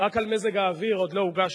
רק על מזג האוויר עוד לא הוגש אי-אמון,